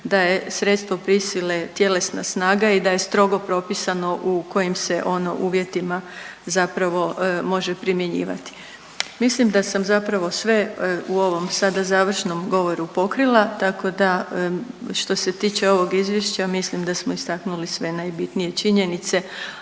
da je sredstvo prisile tjelesna snaga i da je strogo propisano u kojim se ono uvjetima zapravo može primjenjivati. Mislim da sam zapravo sve u ovom sada završnom govoru pokrila tako da što se tiče ovog izvješća mislim da smo istaknuli sve najbitnije činjenice,